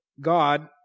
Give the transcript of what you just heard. God